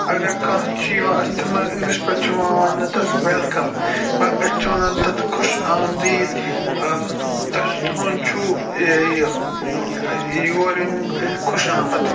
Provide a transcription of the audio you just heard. اگر کانٛہہ چھِ یِوان أسۍ چھِ تِمَن اِنٛگلِش پٲٹھۍ چھِ یِوان ونٛنہٕ تتھ وٮ۪لکم مگر أسۍ چھِ وَنان تتھ خوش آمدیٖد تۄہہِ چھُ تُہُنٛد چھُو یور یُن خوش آمد